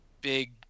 big